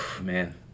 Man